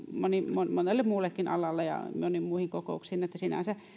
monelle muullekin alalle ja moniin muihin kokouksiin sinänsä